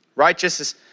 Righteousness